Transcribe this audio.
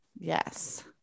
Yes